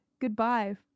goodbye